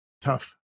tough